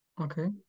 Okay